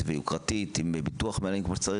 ויוקרתית עם ביטוח מנהלים כמו שצריך,